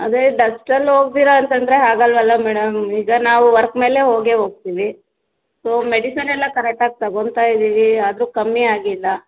ಅದೇ ಡಸ್ಟಲ್ಲಿ ಹೋಗ್ದಿರ ಅಂತಂದರೆ ಆಗಲ್ವಲ್ಲ ಮೇಡಮ್ ಈಗ ನಾವು ವರ್ಕ್ ಮೇಲೆ ಹೋಗೇ ಹೋಗ್ತೀವಿ ಸೋ ಮೆಡಿಸನ್ ಎಲ್ಲ ಕರೆಕ್ಟಾಗಿ ತಗೊತಾ ಇದ್ದೀವಿ ಆದರೂ ಕಮ್ಮಿ ಆಗಿಲ್ಲ